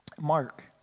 Mark